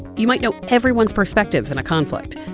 you might know everyone's perspectives in a conflict.